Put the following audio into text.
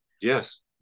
Yes